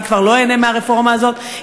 אני כבר לא איהנה מהרפורמה הזאת,